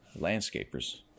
landscapers